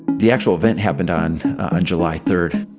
the actual event happened on on july third.